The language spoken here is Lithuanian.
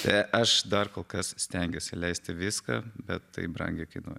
tai aš dar kol kas stengiuosi leisti viską bet taip brangiai kainuoja